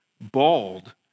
bald